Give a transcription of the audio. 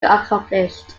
accomplished